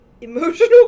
emotional